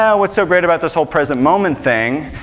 yeah what's so great about this whole present moment thing?